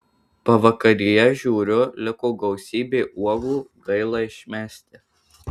pavakaryje žiūriu liko gausybė uogų gaila išmesti